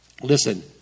Listen